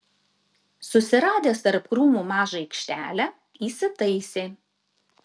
susiradęs tarp krūmų mažą aikštelę įsitaisė